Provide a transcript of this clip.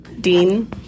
Dean